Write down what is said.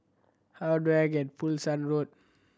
how do I get Pulasan Road